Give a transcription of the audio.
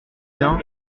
bien